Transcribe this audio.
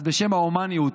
אז בשם ההומניות,